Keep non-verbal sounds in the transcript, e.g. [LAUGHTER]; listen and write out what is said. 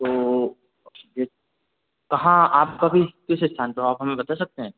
तो [UNINTELLIGIBLE] कहाँ आप अभी किस स्थान पे हो आप हमें बता सकते हैं